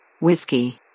Whiskey